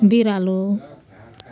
बिरालो